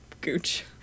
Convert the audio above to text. Gooch